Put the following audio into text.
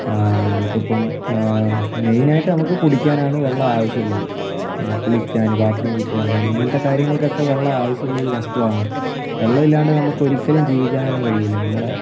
നമുക്കിപ്പം മെയിനായിട്ട് നമുക്ക് കുടിക്കാനാണ് വെള്ളം ആവശ്യമുള്ളത് പിന്നെ കുളിക്കാൻ ബാത്ത് റൂമിൽ പോകുവാൻ ഇങ്ങനത്തെ കാര്യങ്ങൾക്കൊക്കെ വെള്ളം ആവശ്യമുള്ളൊരു വസ്തുവാണ് വെള്ളമില്ലാണ്ട് നമ്മൾക്കൊരിക്കലും ജീവിക്കാൻ തന്നെ കഴിയില്ല നമ്മുടെ